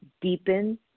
deepen